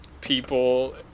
people